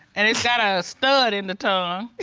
and is that a stud in the tongue?